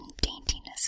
daintiness